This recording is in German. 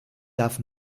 darf